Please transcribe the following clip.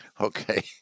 Okay